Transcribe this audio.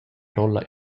rolla